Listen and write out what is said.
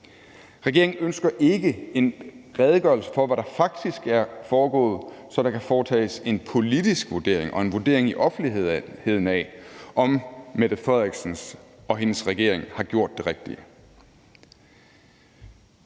Regeringen ønsker ikke en redegørelse for, hvad der faktisk er foregået, så der kan foretages en politisk vurdering og en vurdering i offentligheden af, om statsministeren og hendes regering har gjort det rigtige.